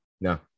No